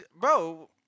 bro